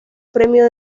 premio